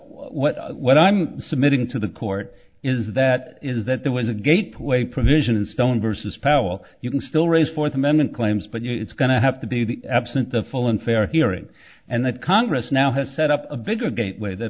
what i what i'm submitting to the court is that is that there was a gateway provision in stone versus powell you can still raise fourth amendment claims but you know it's going to have to be absent the full and fair hearing and that congress now has set up a bigger gateway that